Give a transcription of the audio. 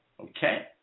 Okay